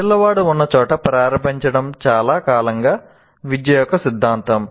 పిల్లవాడు ఉన్నచోట ప్రారంభించడం చాలా కాలంగా విద్య యొక్క సిద్ధాంతం